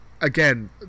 again